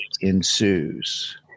ensues